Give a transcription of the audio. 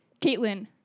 Caitlin